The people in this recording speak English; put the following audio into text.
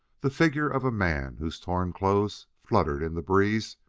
the figure of a man whose torn clothes fluttered in the breeze,